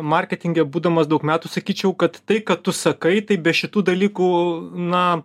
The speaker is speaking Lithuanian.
marketinge būdamas daug metų sakyčiau kad tai ką tu sakai tai be šitų dalykų na